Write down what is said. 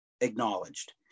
acknowledged